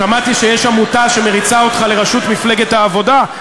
שמעתי שיש עמותה שמריצה אותך לראשות מפלגת העבודה,